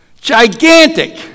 Gigantic